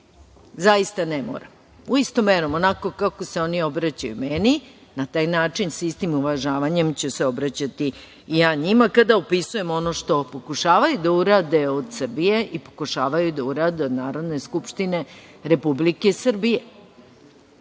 Zaista ne moram. Istom merom, onako kako se oni obraćaju meni, na taj način, sa istim uvažavanjem ću se obraćati ja njima, kada opisujem ono što pokušavaju da urade od Srbije i pokušavaju da urade od Narodne skupštine Republike Srbije.